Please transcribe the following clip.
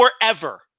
forever